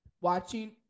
watching